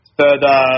further